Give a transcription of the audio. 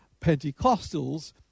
Pentecostals